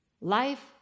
Life